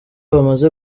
bamaze